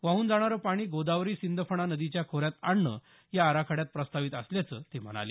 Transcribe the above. वाहून जाणारं पाणी गोदावरी सिंदफणा नदीच्या खोऱ्यात आणणं या आराखड्यात प्रस्तावित असल्याचं ते म्हणाले